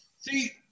See